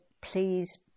please